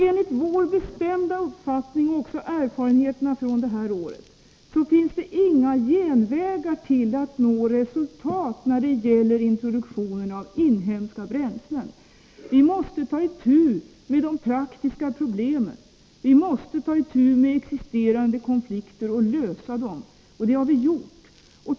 Enligt vår bestämda uppfattning efter erfarenheterna från det här året finns det inga genvägar att nå resultat när det gäller introduktionen av inhemska bränslen. Vi måste ta itu med de praktiska problemen. Vi måste ta itu med existerande konflikter och lösa dessa. Och det har vi gjort.